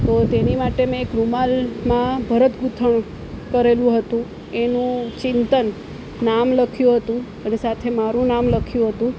તો તેની માટે એક રૂમાલમાં ભરતગુંથણ કરેલું હતું એનું ચિંતન નામ લખ્યું હતું અને સાથે મારું નામ લખ્યું હતું